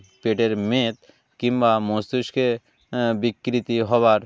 পেটের মেদ কিংবা মস্তিষ্কে বিকৃতি হওয়ার